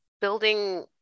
building